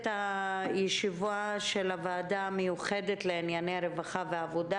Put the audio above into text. אני פותחת את ישיבת הוועדה המיוחדת לענייני רווחה ועבודה.